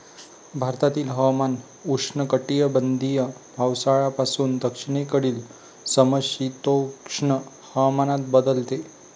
भारतातील हवामान उष्णकटिबंधीय पावसाळ्यापासून दक्षिणेकडील समशीतोष्ण हवामानात बदलते